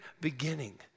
beginning